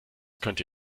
könnte